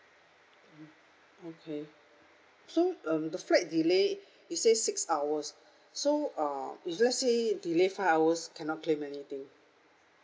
okay so um the flight delay you say six hours so uh if let's say delay five hours cannot claim anything